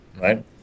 right